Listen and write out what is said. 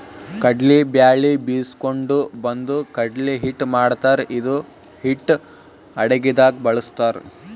ಕಡ್ಲಿ ಬ್ಯಾಳಿ ಬೀಸ್ಕೊಂಡು ಬಂದು ಕಡ್ಲಿ ಹಿಟ್ಟ್ ಮಾಡ್ತಾರ್ ಇದು ಹಿಟ್ಟ್ ಅಡಗಿದಾಗ್ ಬಳಸ್ತಾರ್